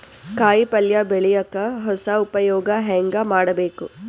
ಕಾಯಿ ಪಲ್ಯ ಬೆಳಿಯಕ ಹೊಸ ಉಪಯೊಗ ಹೆಂಗ ಮಾಡಬೇಕು?